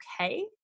okay